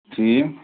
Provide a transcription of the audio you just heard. ٹھیٖک